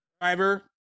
driver